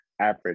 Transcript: average